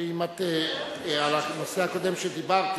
על הנושא הקודם שדיברת,